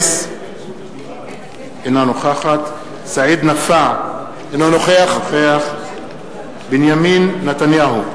אינה נוכחת סעיד נפאע, אינו נוכח בנימין נתניהו,